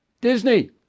Disney